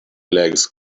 legs